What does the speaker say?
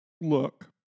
Look